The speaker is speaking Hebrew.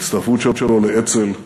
ההצטרפות שלו לאצ"ל,